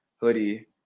hoodie